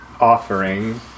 offering